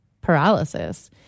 paralysis